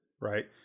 right